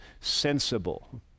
sensible